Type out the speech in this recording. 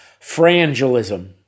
frangelism